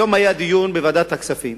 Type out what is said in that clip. היום היה דיון בוועדת הכספים